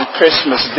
Christmas